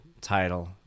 title